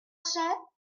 cents